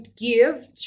give